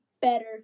better